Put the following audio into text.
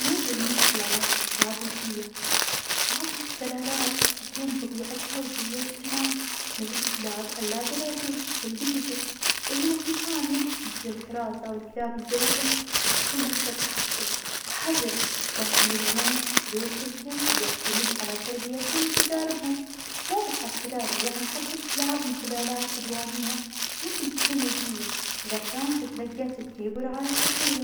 مو جميع سلالات الكلاب ودية. بعض السلالات تكون طبيعتها ودية واجتماعية مثل كلاب اللابرادور والبيجل. بينما في ثانية مثل الحراسة والكلاب القوية قد تكون أكثر تحفظ وحذرة. لكن بالعموم سلوك الكلب بيعتمد على تربيتهم وتجاربهم مو بس عالسلالة، يعني حتى الكلاب من سلالات عدوانية ممكن تكون ودية إذا كان تتلقى تدريب ورعاية صحية.